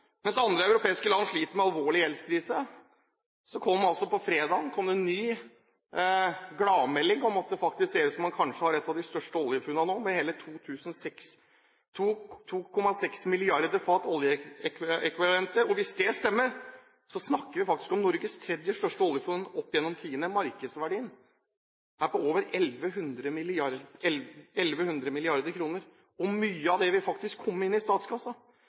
Mens andre europeiske land sliter med alvorlig gjeldskrise, kom det på fredag en ny gladmelding om at det faktisk ser ut som om man har gjort et av de største oljefunnene nå på hele 2,6 milliarder fat oljeekvivalenter. Hvis det stemmer, snakker vi faktisk om Norges tredje største oljefunn opp gjennom tidene. Markedsverdien er på over 1 100 mrd. kr. Mye av det vil faktisk komme inn i